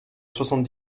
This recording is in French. soixante